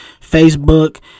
Facebook